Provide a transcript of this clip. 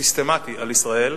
סיסטמטי על ישראל.